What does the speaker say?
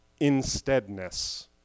insteadness